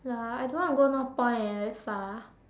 ya I don't want to go Northpoint eh very far